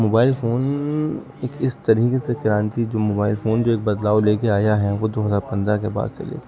mobile phone ایک اس طریقے سے کرانتی جو موبائل فون جو ایک بدلاؤ لے کے آیا ہے وہ دو ہزار پندرہ کے بعد سے لے